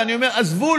ואני אומר: עזבו,